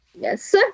Yes